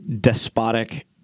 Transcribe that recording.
despotic